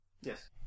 Yes